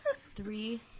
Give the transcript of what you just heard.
Three